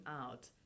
out